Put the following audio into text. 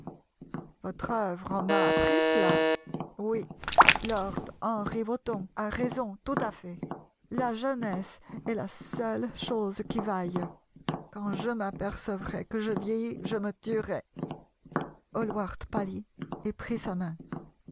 votre œuvre m'a appris cela oui lord henry wotton a raison tout à fait la jeunesse est la seule chose qui vaille quand je m'apercevrai que je vieillis je me tuerai haliward pâlit et prit sa main